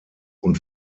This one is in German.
und